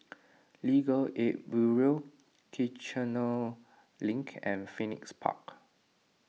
Legal Aid Bureau Kiichener Link and Phoenix Park